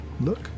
look